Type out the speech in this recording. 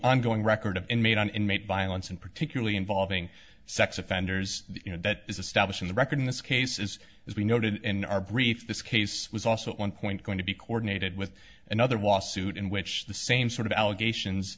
ongoing record of inmate on inmate violence and particularly involving sex offenders you know that is establishing the record in this case is as we noted in our brief this case was also at one point going to be coordinated with another watched suit in which the same sort of allegations